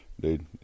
dude